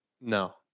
No